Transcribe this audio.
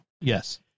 Yes